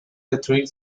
destruir